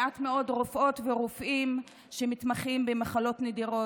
מעט מאוד רופאות ורופאים מתמחים במחלות נדירות.